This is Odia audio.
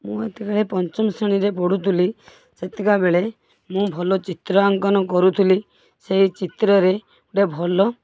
ମୁଁ ପଞ୍ଚମ ଶ୍ରେଣୀରେ ପଢ଼ୁଥିଲି ସେତିକିବେଳେ ମୁଁ ଭଲ ଚିତ୍ର ଅଙ୍କନ କରୁଥିଲି ସେଇ ଚିତ୍ରରେ ଭଲ